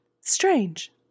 Strange